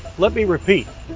let me repeat,